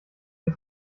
wir